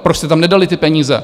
Proč jste tam nedali ty peníze?